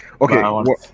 Okay